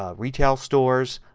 ah retail stores,